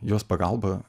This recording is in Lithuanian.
jos pagalba